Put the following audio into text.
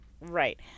Right